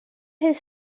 his